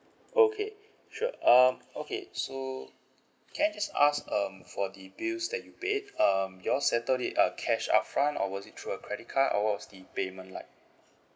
okay sure um okay so can I just ask um for the bills that you paid um y'all settled it uh cash upfront or was it through a credit card or what was the payment like